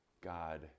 God